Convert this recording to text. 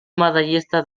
medallista